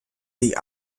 the